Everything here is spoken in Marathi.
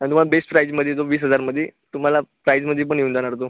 आणि तुम्हाला बेस्ट प्राइजमध्ये तो वीस हजारमध्ये तुम्हाला प्राइजमध्ये पण येऊन जाणार तो